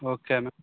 ఓకేనా